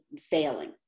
failing